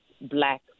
black